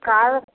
కాదు